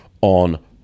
on